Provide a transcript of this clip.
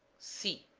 c.